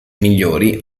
migliori